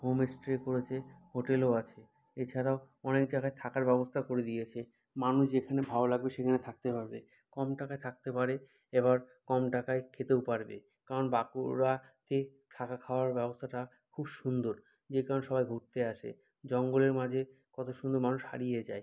homestay করেছে হোটেলও আছে এছাড়াও অনেক জায়গায় থাকার ব্যবস্থা করে দিয়েছে মানুষ যেখানে ভালো লাগবে সেখানে থাকতে পারবে কম টাকায় থাকতে পারে এবার কম টাকায় খেতেও পারবে কারণ বাঁকুড়াতে থাকা খাওয়ার ব্যবস্থাটা খুব সুন্দর যে কারণে সবাই ঘুরতে আসে জঙ্গলের মাঝে কতো সুন্দর মানুষ হারিয়ে যায়